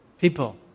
people